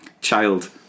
Child